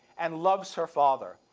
and loves her father.